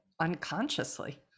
unconsciously